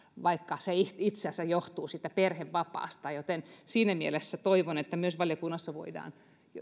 vaikka se itse asiassa johtuu siitä perhevapaasta siinä mielessä toivon että myös valiokunnassa voidaan